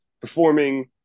performing